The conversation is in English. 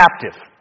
captive